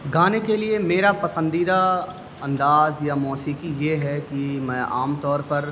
گانے کے لیے میرا پسندیدہ انداز یا موسیقی یہ ہے کہ میں عام طور پر